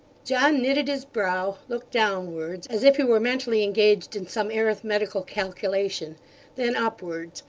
john knitted his brow looked downwards, as if he were mentally engaged in some arithmetical calculation then upwards,